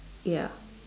ya